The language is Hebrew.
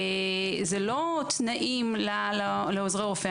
זה לא תנאים לעוזרי רופא.